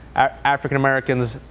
african americans,